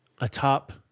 atop